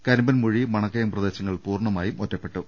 കുരുമ്പൻമൂഴി മണക്കയം പ്രദേശങ്ങൾ പൂർണ്ണ മായും ഒറ്റപ്പെട്ടു